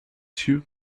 two